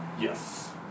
Yes